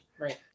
Right